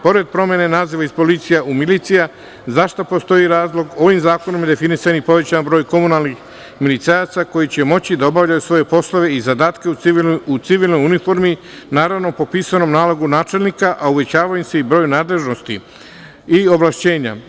Pored promene naziva iz policija u milicija zašto postoji razlog ovim zakonom je definisan i povećan broj komunalnih milicajaca koji će moći da obavljaju svoje poslove i zadatke u civilnoj uniformi, naravno po pisanom nalogu načelnika, a uvećava im se i broj nadležnosti i ovlašćenja.